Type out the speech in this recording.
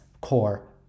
core